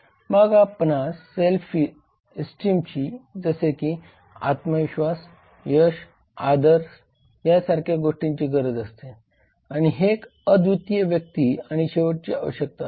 मग आपणास सेल्फ इस्टिमची जसे कि आत्मविश्वास यश आदर या सारख्या गोष्टींची गरज असते आणि ही एक अद्वितीय व्यक्ती आणि शेवटची आवश्यकता असते